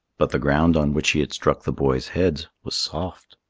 but the ground on which he had struck the boys' heads was soft.